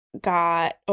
got